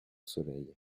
soleil